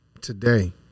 today